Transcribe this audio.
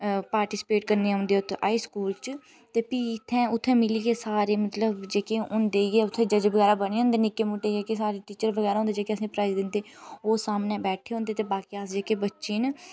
participate करने आं उं'दे उ'त्थें हाई स्कूल च ते भी इ'त्थें उ'त्थें मिलियै सारे मतलब जेह्के उं'दे उ'त्थें जज बगैरा बने दे होंदे नि'क्के मुट्टे टीचर बगैरा होंदे जेह्के असें प्राइज़ दिंदे ओह् सामनै बैठे दे होंदे ते बाकी अस जेह्के बच्चे न